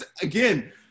again –